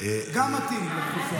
גם מתאים לתפיסה.